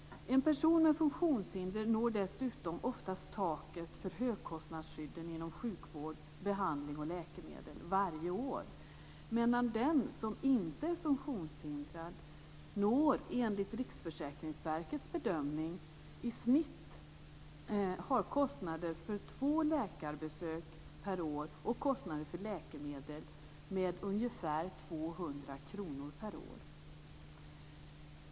En person med funktionshinder når dessutom oftast taket för högkostnadsskydden inom sjukvård, behandling och läkemedel varje år, medan den som inte är funktionshindrad enligt Riksförsäkringsverkets bedömning i snitt har kostnader för två läkarbesök per år och kostnader för läkemedel med ungefär 200 kr per år.